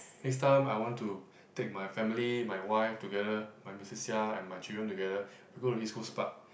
next time I want to take my family my wife together my missus Seah and my children together we go to East Coast Park